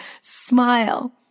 Smile